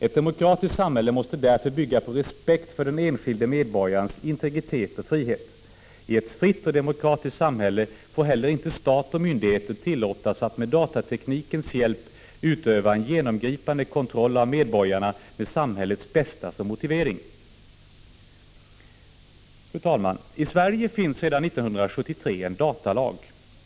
Ett demokratiskt samhälle måste därför bygga på respekt för den enskilde medborgarens integritet och frihet. I ett fritt och demokratiskt samhälle får heller inte stat och myndigheter tillåtas att med datateknikens hjälp utöva en genomgripande kontroll av medborgarna med samhällets bästa som motivering. Fru talman! I Sverige finns sedan 1973 en datalag.